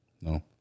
No